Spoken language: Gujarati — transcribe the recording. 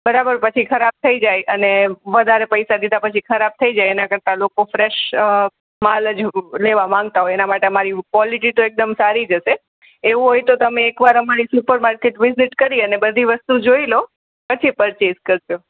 બરાબર પછી ખરાબ થઈ જાય અને વધારે પૈસા દીધા પછી ખરાબ થઈ જાય એનાં કરતાં લોકો ફ્રેશ અ માલ જ લેવા માગતા હોય એનાં માટે અમારી ક્વોલિટી તો એકદમ સારી જ હશે એવું હોય તો તમે એકવાર અમારી સુપર માર્કેટ વિઝિટ કરી અને બધી વસ્તુ જોઇ લો પછી પરચેઝ કરજો